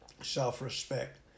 Self-respect